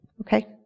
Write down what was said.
Okay